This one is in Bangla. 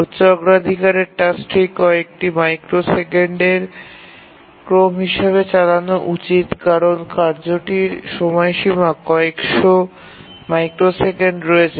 উচ্চ অগ্রাধিকারের টাস্কটি কয়েকটি মাইক্রোসেকেন্ডের ক্রম হিসাবে চালানো উচিত কারণ কার্যটির সময়সীমা কয়েকশো মাইক্রোসেকেন্ড রয়েছে